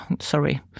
sorry